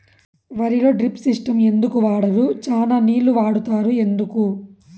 వరిలో drip system ఎందుకు వాడరు? చానా నీళ్లు వాడుతారు ఎందుకు?